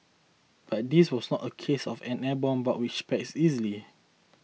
but this was not a case of an airborne bug which spreads easily